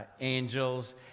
angels